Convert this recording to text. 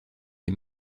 les